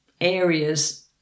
areas